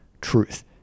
truth